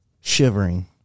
shivering